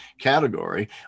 category